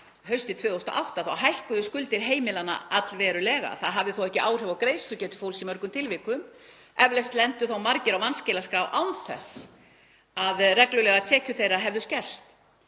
haustið 2008 þá hækkuðu skuldir heimilanna allverulega. Það hafði þó ekki áhrif á greiðslugetu fólks í mörgum tilvikum. Eflaust lentu þá margir á vanskilaskrá án þess að reglulegar tekjur þeirra hefðu skerst.